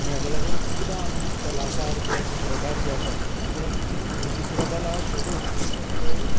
आनी हाका लागून खुबदां आमी कलाकार किंवां चित्रकार जे आसात ते चित्रकला सोडून आनी खंयचोय